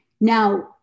Now